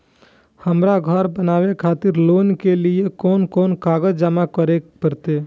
हमरा घर बनावे खातिर लोन के लिए कोन कौन कागज जमा करे परते?